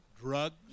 drugs